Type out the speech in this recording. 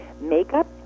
Makeup